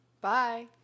Bye